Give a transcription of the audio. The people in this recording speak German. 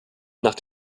nach